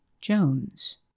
Jones